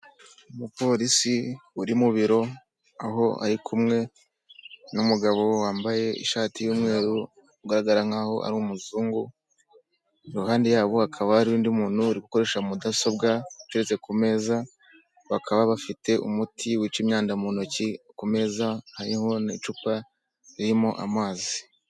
Umupolisi uri mu biro aho ari kumwe n'umugabo wambaye ishati y’ umweru ugaragara nkaho ari umuzungu iruhande yabo hakaba hari undi muntu uri gukoresha mudasobwa iteretse ku meza bakaba bafite umuti wica imyanda mu ntoki ku meza nka hari n’ icupa ririmo amazi.